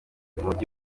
umujyi